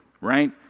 right